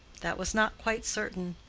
that was not quite certain.